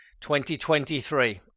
2023